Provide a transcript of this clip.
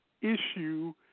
issue